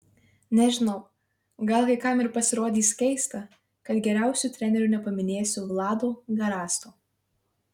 nežinau gal kai kam ir pasirodys keista kad geriausiu treneriu nepaminėsiu vlado garasto